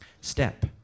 Step